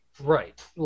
Right